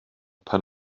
pan